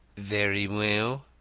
very well.